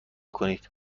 کنید